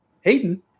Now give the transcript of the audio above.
Hayden